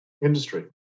industry